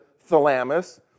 thalamus